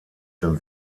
den